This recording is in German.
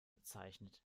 bezeichnet